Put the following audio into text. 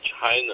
China